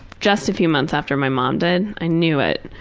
just a few months after my mom did, i knew it.